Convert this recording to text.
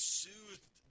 soothed